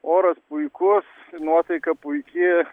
oras puikus nuotaika puiki